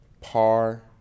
par